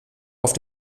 auf